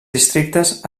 districtes